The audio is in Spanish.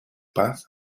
paz